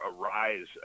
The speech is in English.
arise